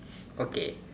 okay